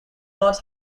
not